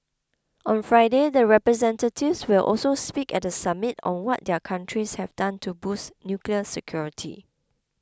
on Friday the representatives will also speak at the summit on what their countries have done to boost nuclear security